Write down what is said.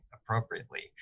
appropriately